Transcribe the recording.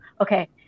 okay